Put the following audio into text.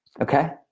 Okay